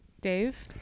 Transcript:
Dave